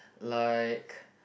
like